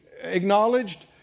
acknowledged